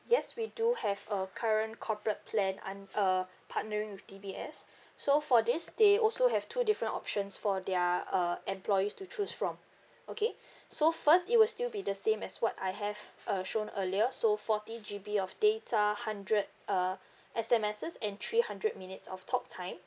yes we do have a current corporate plan un~ uh partnering with D_B_S so for this they also have two different options for their uh employees to choose from okay so first it will still be the same as what I have uh showed earlier so forty G_B of data hundred uh S_M_S and three hundred minutes of talk time